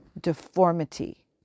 deformity